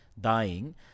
dying